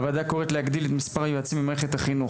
הוועדה קוראת להגדיל את מספר היועצים במסגרת החינוך,